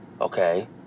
Okay